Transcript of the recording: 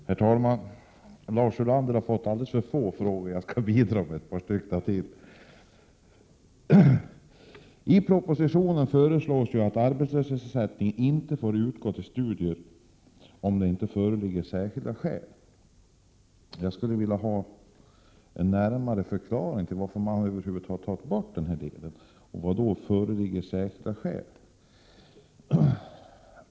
Herr talman! Lars Ulander har fått alldeles för få frågor att besvara. Jag skall bidra med ett par till. I propositionen föreslås att arbetslöshetsersättning inte får utgå vid studier om det inte föreligger särskilda skäl. Jag skulle vilja ha en närmare förklaring till varför man över huvud taget har tagit bort ersättningen. Vad då för särskilda skäl?